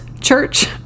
Church